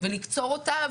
ולקצור אותה,